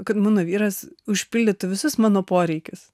kad mano vyras užpildytų visus mano poreikius